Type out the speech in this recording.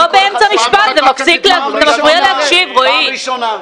אני קורא אותך לסדר פעם ראשונה.